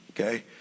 Okay